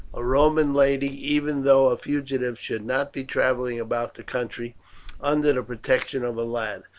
a roman lady, even though a fugitive, should not be travelling about the country under the protection of a lad.